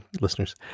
listeners